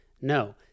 No